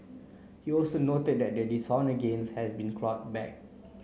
he also noted that the dishonest gains had been clawed back